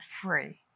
free